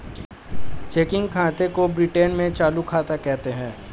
checking खाते को Britain में चालू खाता कहते हैं